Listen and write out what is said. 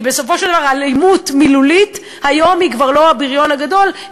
כי בסופו של דבר אלימות מילולית היום היא כבר לא הבריון הגדול,